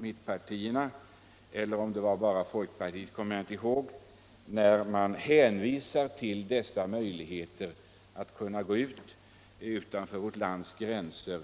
mittpartierna förde fram — eller om det var enbart folkpartiet, det kommer jag inte ihåg —- där man hänvisade till den möjligheten att skaffa investeringsmedel utanför vårt lands gränser.